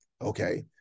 okay